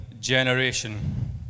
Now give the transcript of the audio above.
generation